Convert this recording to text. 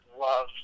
love